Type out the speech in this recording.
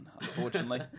unfortunately